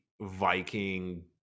Viking